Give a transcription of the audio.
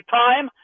time